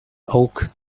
oak